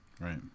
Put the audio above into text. Right